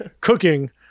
Cooking